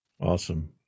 Awesome